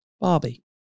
Barbie